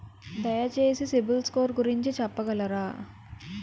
దయచేసి సిబిల్ స్కోర్ గురించి చెప్పగలరా?